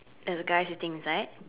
and the guy sitting beside